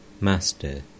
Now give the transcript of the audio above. Master